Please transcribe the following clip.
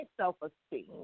self-esteem